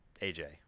aj